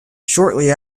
shortly